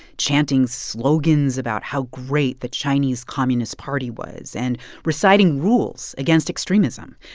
chanting slogans about how great the chinese communist party was and reciting rules against extremism.